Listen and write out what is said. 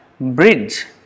bridge